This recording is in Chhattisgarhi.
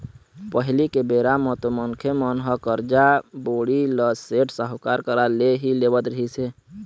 पहिली के बेरा म तो मनखे मन ह करजा, बोड़ी ल सेठ, साहूकार करा ले ही लेवत रिहिस हे